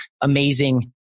amazing